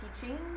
teaching